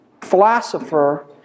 philosopher